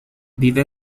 vive